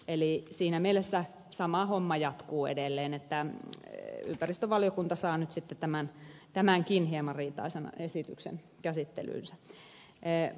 eli siinä mielessä sama homma jatkuu edelleen ja ympäristövaliokunta saa nyt sitten tämänkin hieman riitaisan esityksen käsittelyynsä